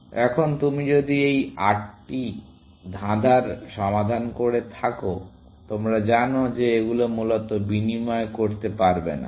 এখন তুমি যদি এই 8টি ধাঁধার সমাধান করে থাকো তোমরা জানো যে এগুলো মূলত বিনিময় করতে পারবে না